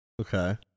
Okay